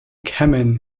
kamin